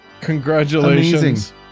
congratulations